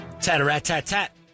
Tat-a-rat-tat-tat